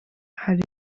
hari